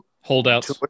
Holdouts